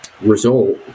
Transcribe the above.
result